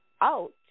out